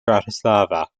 bratislava